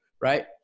right